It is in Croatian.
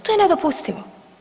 To je nedopustivo.